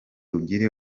ugire